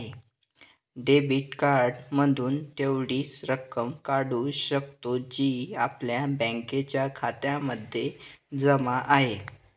debit card मधून तेवढीच रक्कम काढू शकतो, जी आपल्या बँकेच्या खात्यामध्ये जमा आहे